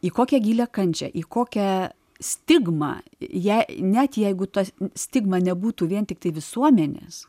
į kokią gilią kančią į kokią stigmą jei net jeigu tas stigma nebūtų vien tiktai visuomenės